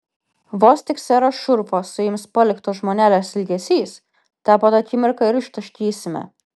vos tik serą šurfą suims paliktos žmonelės ilgesys tą pat akimirką ir ištaškysime